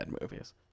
movies